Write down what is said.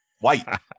white